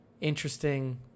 interesting